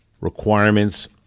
requirements